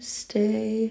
stay